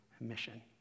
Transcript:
mission